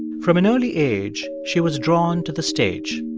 from an early age, she was drawn to the stage.